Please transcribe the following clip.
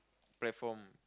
platform